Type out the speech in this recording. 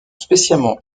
spécialement